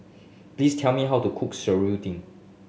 please tell me how to cook seruding